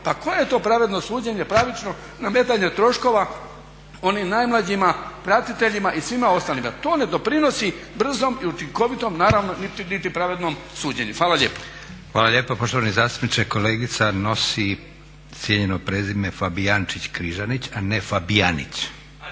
Pa koje je to pravedno suđenje, pravično nametanje troškova onim najmlađima, pratiteljima i svima ostalima? To ne doprinosi brzom i učinkovitom, naravno niti pravednom suđenju. Hvala lijepa. **Leko, Josip (SDP)** Hvala lijepa poštovani zastupniče. Kolegica nosi cijenjeno prezime Fabijančić-Križanić a ne Fabijanić.